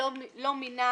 שלא מינה